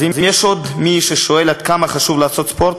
אז אם יש עוד מי ששואל עד כמה חשוב לעשות ספורט,